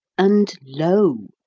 and lo!